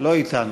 לא אתנו.